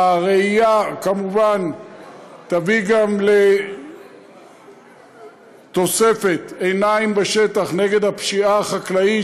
הרעייה כמובן תביא גם לתוספת עיניים בשטח נגד הפשיעה החקלאית,